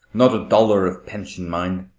not a dollar of pension, mind,